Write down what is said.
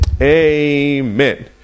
Amen